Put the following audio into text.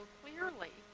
clearly